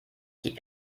die